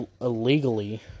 illegally